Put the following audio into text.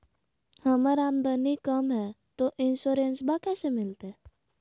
हमर आमदनी कम हय, तो इंसोरेंसबा कैसे मिलते?